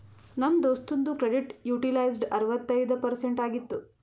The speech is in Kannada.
ನಮ್ ದೋಸ್ತುಂದು ಕ್ರೆಡಿಟ್ ಯುಟಿಲೈಜ್ಡ್ ಅರವತ್ತೈಯ್ದ ಪರ್ಸೆಂಟ್ ಆಗಿತ್ತು